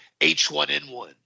H1N1